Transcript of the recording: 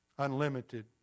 unlimited